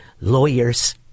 lawyers